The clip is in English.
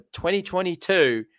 2022